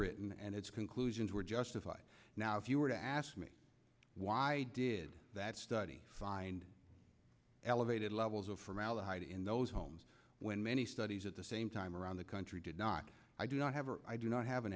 written and its conclusions were justified now if you were to ask me why did that study find elevated levels of formaldehyde in those homes when many studies at the same time around the country did not i do not have or i do not have an